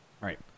right